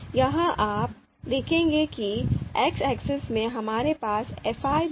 यहां आप देखेंगे कि X axis में हमारे पास fiहै